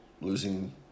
losing